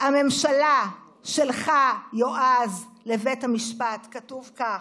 הממשלה שלך, יועז, לבית המשפט כתוב כך: